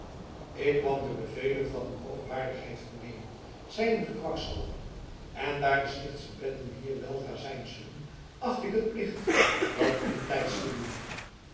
ik kwam de bevelen van uwe hoogwaardigheid vernemen zeide de kwakzalver en daar de stichtsche benden hier weldra zijn zullen achtte ik het plicht dat intijds te doen